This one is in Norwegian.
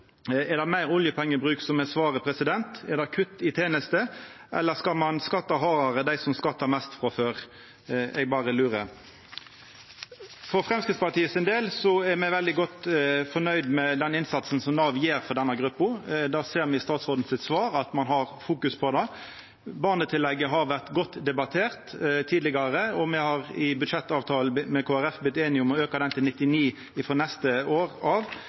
Er det meir oljepengebruk som er svaret, er det kutt i tenester, eller skal ein skatta hardare dei som skattar mest frå før? Eg berre lurer. For Framstegspartiets del er me veldig godt fornøgde med den innsatsen som Nav gjer for denne gruppa. Me ser av svaret frå statsråden at ein har dette i fokus. Barnetillegget har vore godt debattert tidlegare, og me har i budsjettavtalen med Kristeleg Folkeparti vorte einige om å auka det til 99 pst. frå neste år,